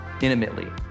intimately